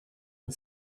and